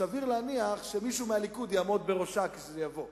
שסביר להניח שמישהו מהליכוד יעמוד בראשה כשזה יבוא.